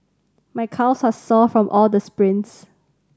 my calves are sore from all the sprints